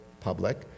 public